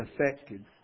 affected